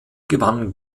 gewann